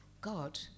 God